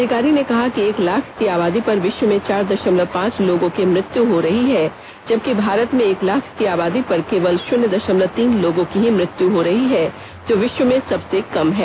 अधिकारी ने कहा कि एक लाख की आबादी पर विश्व में चार दशमलव पांच लोगों की मृत्यु हो रही है जबकि भारत में एक लाख की आबादी पर केवल शून्य दशमलव तीन लोगों की ही मृत्यु हो रही है जो विश्व में सबसे कम है